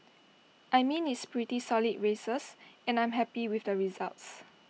I mean it's pretty solid races and I'm happy with the results